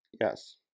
Yes